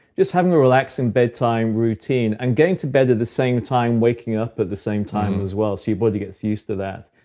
just having a relaxing bedtime routine, and getting to bed at the same time, waking up at the same time as well so your body gets used to that.